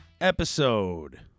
episode